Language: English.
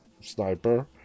Sniper